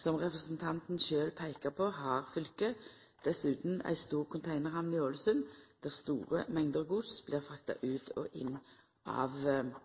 Som representanten Røbekk Nørve sjølv peikar på, har fylket dessutan ei stor konteinarhamn i Ålesund der store mengder gods blir frakta ut av og inn